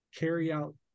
carryout